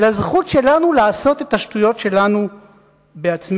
לזכות שלנו לעשות את השטויות שלנו בעצמנו.